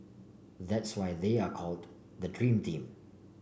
that's why they are called the dream team